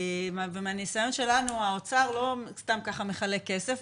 ומהניסיון שלנו האוצר לא סתם כך מחלק כסף,